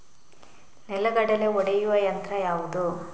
ನೆಲಗಡಲೆ ಒಡೆಯುವ ಯಂತ್ರ ಯಾವುದು?